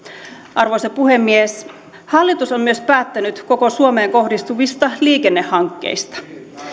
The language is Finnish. arvoisa puhemies hallitus on myös päättänyt koko suomeen kohdistuvista liikennehankkeista